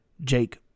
Jake